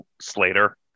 Slater